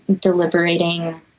deliberating